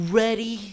ready